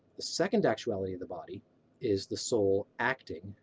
the second actuality of the body is the soul acting.